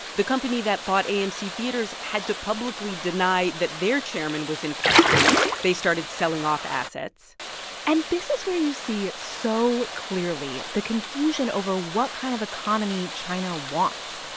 the company that bought amc theatres had to publicly deny that their chairman was in custody. they started selling off assets and this is where you see so clearly the confusion over what kind of economy china wants.